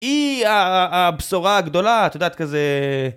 היא הבשורה הגדולה, את יודעת, כזה...